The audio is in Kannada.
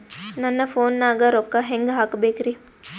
ನನ್ನ ಫೋನ್ ನಾಗ ರೊಕ್ಕ ಹೆಂಗ ಹಾಕ ಬೇಕ್ರಿ?